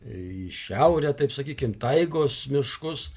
į šiaurę taip sakykim taigos miškus